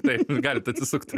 taip gali atsisukt